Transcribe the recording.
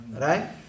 Right